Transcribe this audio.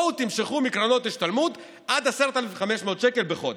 בואו תמשכו מקרנות השתלמות עד 10,500 שקל בחודש.